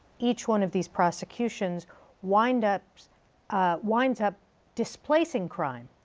each one of these prosecutions winds up winds up displacing crime.